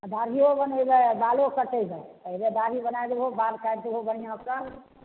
आ दाढ़ीओ बनेबै आ बालों कटेबै तब ओहिजे दाढ़ी बनाए देबहो बाल काटि देबहो बढ़िआँसँ